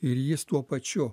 ir jis tuo pačiu